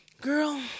girl